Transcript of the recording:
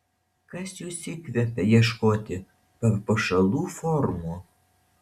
kas jus įkvepia ieškoti papuošalų formų